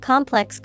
Complex